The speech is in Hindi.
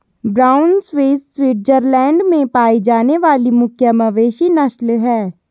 ब्राउन स्विस स्विट्जरलैंड में पाई जाने वाली मुख्य मवेशी नस्ल है